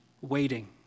waiting